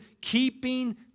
keeping